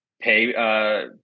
pay